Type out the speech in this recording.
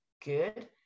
good